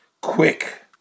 quick